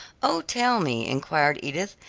oh, tell me, enquired edith,